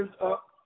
up